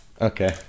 Okay